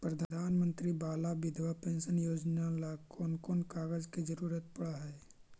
प्रधानमंत्री बाला बिधवा पेंसन योजना ल कोन कोन कागज के जरुरत पड़ है?